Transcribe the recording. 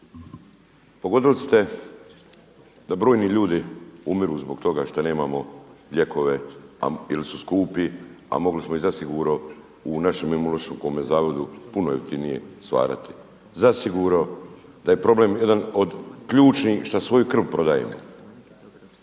Pogodili ste da brojni ljudi umiru zbog toga što nemamo lijekove ili su skupi, a mogli smo iz zasigurno u našem Imunološkom zavodu puno jeftinije stvarati, zasigurno da je problem jedan od ključnih šta svoju krv prodajemo.